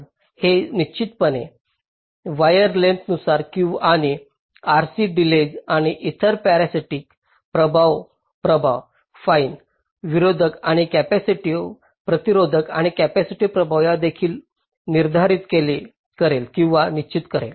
हे निश्चितपणे वायर लेंग्थसनुसार आणि RC डिलेज आणि इतर पॅरासिटिक प्रभाव फाईन प्रतिरोधक आणि कॅपेसिटिव्ह प्रतिरोधक आणि कॅपेसिटिव प्रभाव यावर देखील निर्धारित करेल किंवा निश्चित करेल